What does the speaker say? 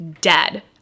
dead